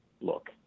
look